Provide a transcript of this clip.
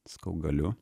sakau galiu